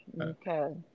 Okay